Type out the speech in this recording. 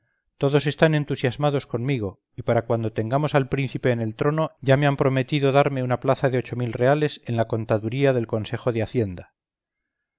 todos están entusiasmados conmigo y para cuando tengamos al príncipe en el trono ya me han prometido darme una plaza de ocho mil reales en la contaduría del consejo de hacienda